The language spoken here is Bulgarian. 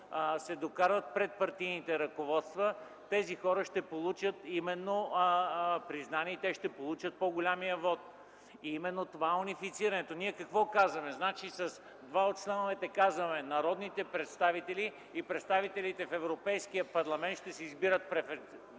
се докарват пред партийните ръководства, ще получат признание и по-големия вот. Именно това е унифицирането. Ние какво казваме? С два от членовете казваме: народните представители и представителите в Европейския парламент ще се избират преференциално,